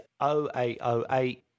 0808